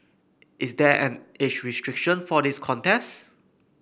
is there an age restriction for this contest